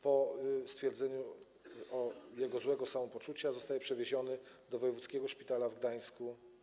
Po stwierdzeniu jego złego samopoczucia zostaje przewieziony do wojewódzkiego szpitala w Gdańsku.